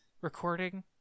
Recording